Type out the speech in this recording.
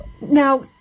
Now